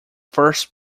first